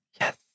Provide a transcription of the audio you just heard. Yes